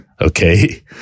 okay